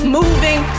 moving